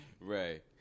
Right